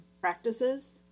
practices